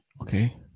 Okay